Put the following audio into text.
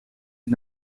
het